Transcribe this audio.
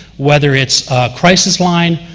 whether it's a crisis line,